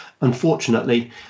unfortunately